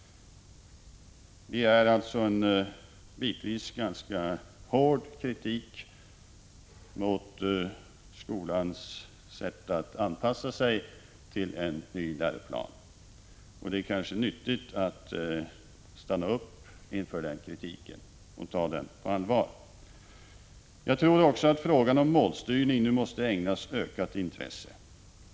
Det är alltså en bitvis hård kritik mot skolans sätt att anpassa sig till en ny läroplan. Det är kanske nyttigt att stanna upp inför den kritiken och ta den på allvar. Frågan om målstyrningen måste ägnas ökat intresse.